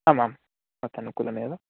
आम् आम् तत् अनुकूलमेव